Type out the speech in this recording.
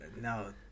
No